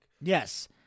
Yes